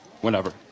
whenever